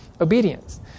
obedience